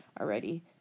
already